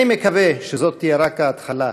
אני מקווה שזו תהיה רק התחלה,